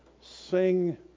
Sing